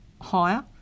higher